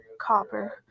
copper